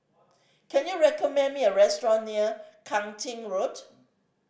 can you recommend me a restaurant near Kang Ching Road